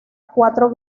cuatro